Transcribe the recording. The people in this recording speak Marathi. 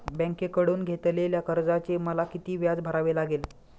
बँकेकडून घेतलेल्या कर्जाचे मला किती व्याज भरावे लागेल?